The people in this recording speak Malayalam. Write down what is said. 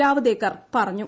ജാവ്ദേക്കർ പറഞ്ഞു